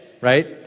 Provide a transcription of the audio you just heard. right